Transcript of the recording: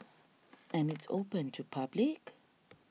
and it's open to public